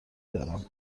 دارم